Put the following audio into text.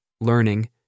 learning